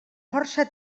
força